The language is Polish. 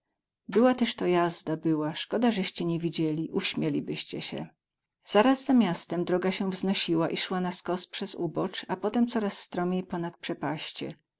była tyz to jazda była skoda zeście nie widzieli uśmielibyście sie zaraz za miastem droga sie wznosiła i sła na skos przez uboc a potem coraz stromiej ponad przepaście